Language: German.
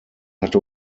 hat